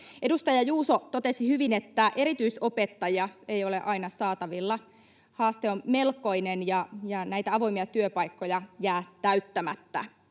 Edustaja Juuso totesi hyvin, että erityisopettajia ei ole aina saatavilla. Haaste on melkoinen, ja näitä avoimia työpaikkoja jää täyttämättä.